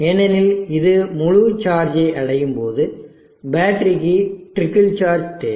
ஏனெனில் இது முழு சார்ஜை அடையும் போது பேட்டரிக்கு ட்ரிக்கிள் சார்ஜ் தேவை